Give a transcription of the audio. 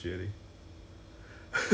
err